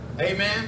Amen